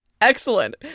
Excellent